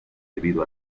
debido